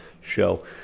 show